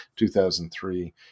2003